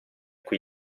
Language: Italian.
qui